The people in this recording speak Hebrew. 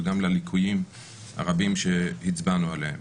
וגם לליקויים הרבים שהצבענו עליהם.